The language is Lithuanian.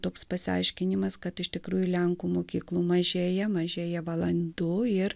toks pasiaiškinimas kad iš tikrųjų lenkų mokyklų mažėja mažėja valandų ir